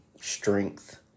strength